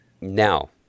Now